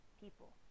people